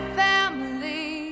family